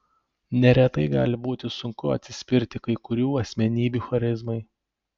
neretai gali būti sunku atsispirti kai kurių asmenybių charizmai